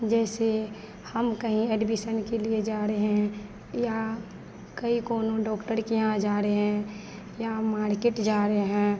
जैसे हम कहीं एडबिसन के लिए जा ड़े हैं या कई कौनो डॉक्टर के यहाँ जा रहे हैं या माड़केट जा रहे हैं